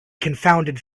confounded